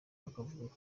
bakavuga